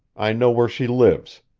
i know where she lives.